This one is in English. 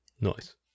Nice